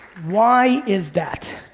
why is that?